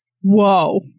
Whoa